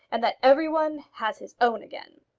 and that every one has his own again.